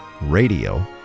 radio